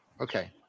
Okay